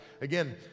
Again